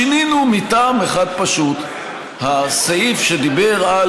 שינינו מטעם אחד פשוט: הסעיף שדיבר על